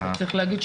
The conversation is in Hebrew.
כן.